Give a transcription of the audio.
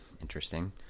interesting